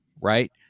right